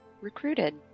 recruited